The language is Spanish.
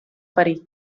parís